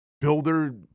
builder